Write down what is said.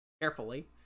carefully